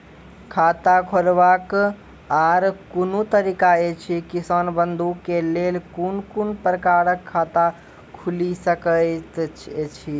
खाता खोलवाक आर कूनू तरीका ऐछि, किसान बंधु के लेल कून कून प्रकारक खाता खूलि सकैत ऐछि?